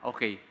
Okay